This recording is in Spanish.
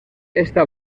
esta